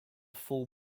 full